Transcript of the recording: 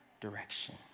direction